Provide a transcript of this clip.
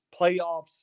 playoffs